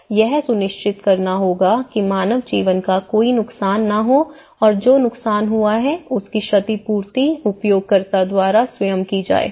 इसलिए यह सुनिश्चित करना होगा कि मानव जीवन का कोई नुकसान न हो और जो नुकसान हुआ है उसकी क्षतिपूर्ति उपयोगकर्ता द्वारा स्वयं की जाए